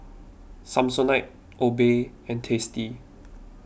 Samsonite Obey and Tasty